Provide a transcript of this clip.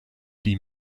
die